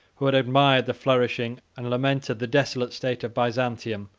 who had admired the flourishing, and lamented the desolate, state of byzantium,